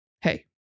hey